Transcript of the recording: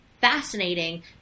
fascinating